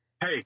hey